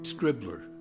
Scribbler